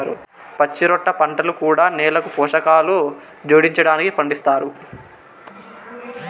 పచ్చిరొట్ట పంటలు కూడా నేలకు పోషకాలు జోడించడానికి పండిస్తారు